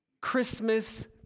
Christmas